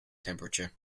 temperature